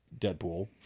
Deadpool